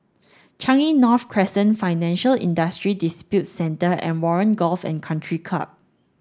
Changi North Crescent Financial Industry Disputes Center and Warren Golf and Country Club